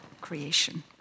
creation